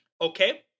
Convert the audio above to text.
Okay